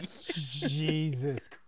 Jesus